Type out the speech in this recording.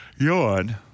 yawn